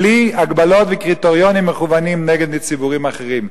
בלי הגבלות וקריטריונים מכוונים נגד ציבורים אחרים.